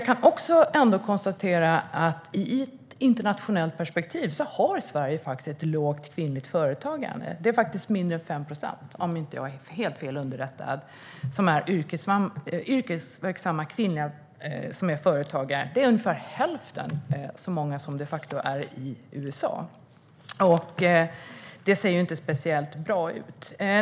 I ett internationellt perspektiv har Sverige ett lågt kvinnligt företagande. Om jag inte är helt fel underrättad är det mindre än 5 procent av de yrkesverksamma kvinnorna som är företagare. Det är ungefär hälften så mycket som i USA. Det ser inte speciellt bra ut.